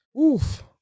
Oof